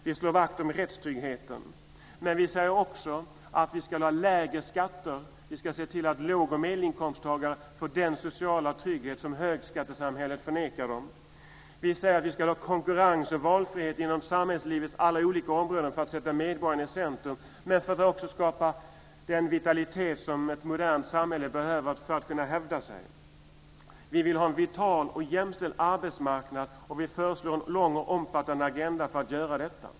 Vi slår vakt om rättstryggheten. Men vi säger också att vi ska ha lägre skatter, vi ska se till att lågoch medelinskomsttagare får den sociala trygghet som högskattesamhället förnekar dem. Vi säger att det ska råda konkurrens och valfrihet inom samhällslivets alla olika områden för att sätta medborgarna i centrum men för att också skapa den vitalitet som ett modernt samhälle behöver för att kunna hävda sig. Vi vill ha en vital och jämställd arbetsmarknad, och vi föreslår en lång och omfattande agenda för att göra detta.